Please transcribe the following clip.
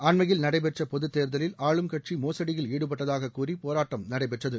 அண்மையில் நடைபெற்ற பொது தேர்தலில் ஆளும்கட்சி மோசுடியில் ஈடுபட்டதாக கூறி போராட்டம் நடைபெற்றது